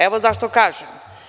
Evo zašto kažem.